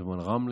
מדברים על רמלה,